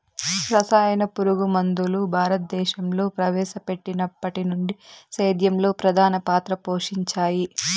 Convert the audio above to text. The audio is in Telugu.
రసాయన పురుగుమందులు భారతదేశంలో ప్రవేశపెట్టినప్పటి నుండి సేద్యంలో ప్రధాన పాత్ర పోషించాయి